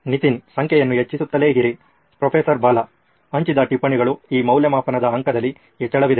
ನಿತಿನ್ ಸಂಖ್ಯೆಯನ್ನು ಹೆಚ್ಚಿಸುತ್ತಲೇ ಇರಿ ಪ್ರೊಫೆಸರ್ ಬಾಲಾ ಹಂಚಿದ ಟಿಪ್ಪಣಿಗಳು ಈ ಮೌಲ್ಯಮಾಪನದ ಅಂಕದಲ್ಲಿ ಹೆಚ್ಚಳವಿದೆ